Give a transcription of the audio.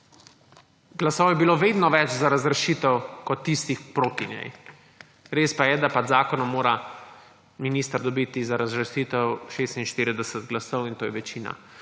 Glasov je bilo vedno več za razrešitev kot tistih proti njej. Res pa je, da z zakonom mora minister dobiti za razrešitev 46 glasov, in to je večina